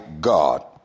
God